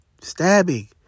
Stabbing